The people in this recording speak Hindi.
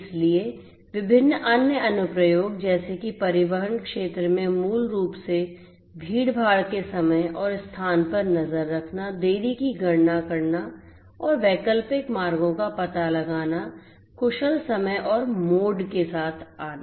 इसलिए विभिन्न अन्य अनुप्रयोग जैसे कि परिवहन क्षेत्र में मूल रूप से भीड़भाड़ के समय और स्थान पर नज़र रखना देरी की गणना करना और वैकल्पिक मार्गों का पता लगाना कुशल समय और मोड के साथ आना